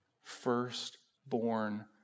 firstborn